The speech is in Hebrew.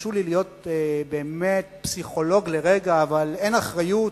תרשו לי להיות פסיכולוג לרגע, אבל אין אחריות,